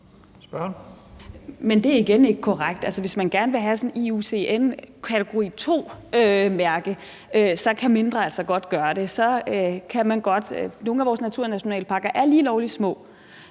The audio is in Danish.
Det er igen ikke korrekt. Altså, hvis man gerne vil have sådan et IUCN kategori II-mærke, kan mindre altså godt gøre det. Nogle af vores naturnationalparker er lige lovlig små.